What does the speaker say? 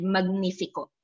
Magnifico